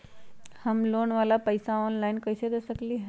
हम लोन वाला पैसा ऑनलाइन कईसे दे सकेलि ह?